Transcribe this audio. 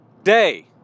day